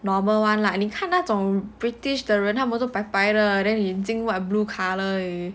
normal one lah 你看那种 british 的人他们都白白的 then 眼睛 what blue colour